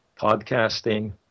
podcasting